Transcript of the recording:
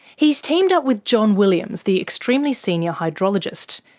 he's teamed up with john williams, the extremely senior hydrologist.